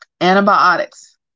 Antibiotics